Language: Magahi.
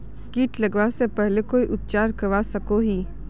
किट लगवा से पहले कोई उपचार करवा सकोहो ही?